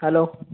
hello